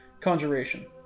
Conjuration